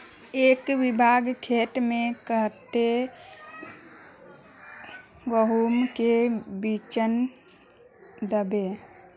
एक बिगहा खेत में कते गेहूम के बिचन दबे?